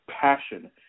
passion